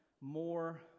more